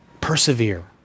Persevere